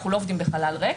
אנחנו לא עובדים בחלל ריק.